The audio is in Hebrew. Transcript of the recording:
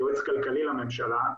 כיועץ כלכלי לממשלה,